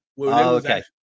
okay